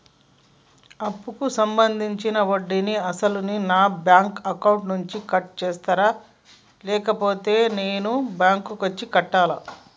అప్పు సంబంధించిన వడ్డీని అసలు నా బ్యాంక్ అకౌంట్ నుంచి కట్ చేస్తారా లేకపోతే నేను బ్యాంకు వచ్చి కట్టాలా?